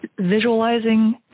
visualizing